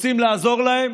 רוצים לעזור להם?